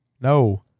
No